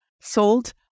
sold